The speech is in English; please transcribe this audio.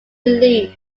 release